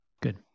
Good